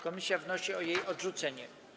Komisja wnosi o jej odrzucenie.